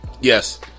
Yes